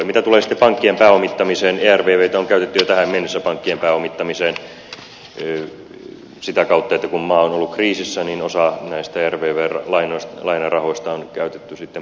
mitä tulee sitten pankkien pääomittamiseen ervvtä on käytetty jo tähän mennessä pankkien pääomittamiseen sitä kautta että kun maa on ollut kriisissä niin osa näistä ervv lainarahoista on käytetty sitten pankkien pääomittamiseen